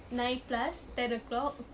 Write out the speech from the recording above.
nine plus ten o'clock